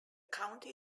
county